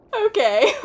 Okay